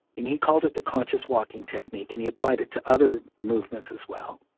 and he called it the conscious walking technique and he applied it to other movements as well.